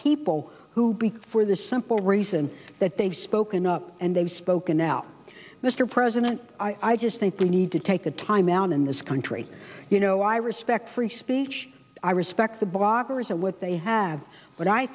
people who'd be for the simple reason that they've spoken up and they've spoken out mr president i just think we need to take a time out in this country you know i respect free speech i respect the bloggers and what they have but i